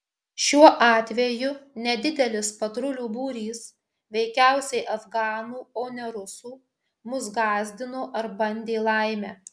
šiuo atveju nedidelis patrulių būrys veikiausiai afganų o ne rusų mus gąsdino ar bandė laimę